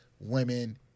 women